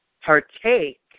partake